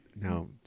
now